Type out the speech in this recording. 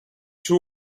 two